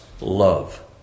Love